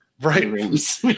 Right